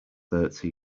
thirty